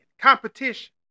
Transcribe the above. competition